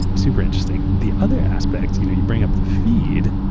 super interesting. the other aspect, you know you bring up the feed.